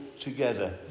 together